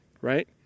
right